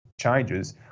changes